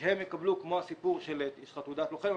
שהם יקבלו כמו הסיפור של תעודת לוחם,